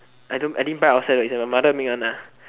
I don't I didn't buy outside one it's like my mother make one lah